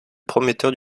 prometteurs